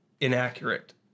inaccurate